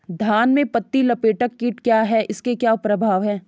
धान में पत्ती लपेटक कीट क्या है इसके क्या प्रभाव हैं?